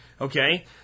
Okay